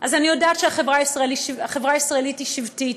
אז אני יודעת שהחברה הישראלית היא שבטית,